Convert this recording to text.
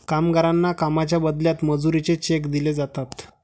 कामगारांना कामाच्या बदल्यात मजुरीचे चेक दिले जातात